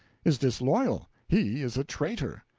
is disloyal he is a traitor.